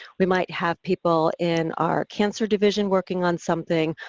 we might have people in our cancer division working on something,